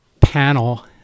panel